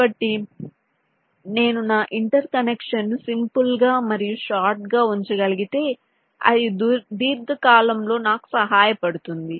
కాబట్టి నేను నా ఇంటర్ కనెక్షన్ను సింపుల్ గా మరియు షార్ట్ గా ఉంచగలిగితే అది దీర్ఘకాలంలో నాకు సహాయపడుతుంది